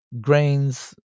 grains